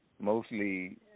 mostly